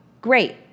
great